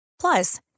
Plus